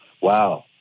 Wow